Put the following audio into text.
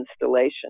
installation